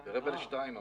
ל-2.